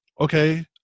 okay